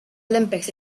olympics